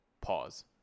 Pause